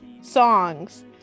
songs